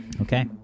Okay